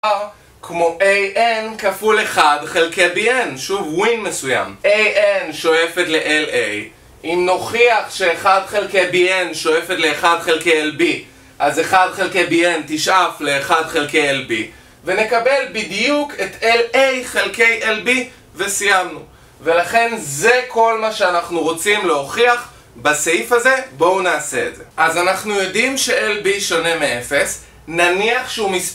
כמו a n כפול 1 חלקי b n, שוב, ווין מסוים an שואפת ל-la אם נוכיח ש-1 חלקי b n שואפת ל-1 חלקי lb אז 1 חלקי b n תשאף ל-1 חלקי lb ונקבל בדיוק את la חלקי lb וסיימנו ולכן זה כל מה שאנחנו רוצים להוכיח בסעיף הזה בואו נעשה את זה אז אנחנו יודעים ש-lb שונה מ-0 נניח שהוא מספיק